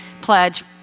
pledge